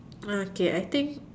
ah okay I think